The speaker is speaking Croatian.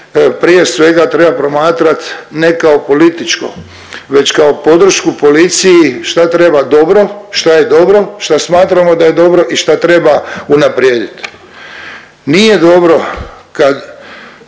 prije svega treba promatrat ne kao političko već kao podršku policiji šta treba dobro, šta je dobro, šta smatramo da je dobro i šta trebamo unapredit. Nije dobro kad